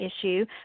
issue